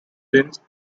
since